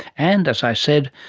and, as i said,